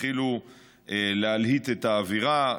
התחילו להלהיט את האווירה,